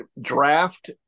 draft